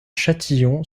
châtillon